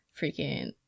freaking